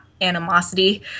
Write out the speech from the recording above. animosity